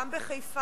גם בחיפה,